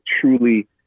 truly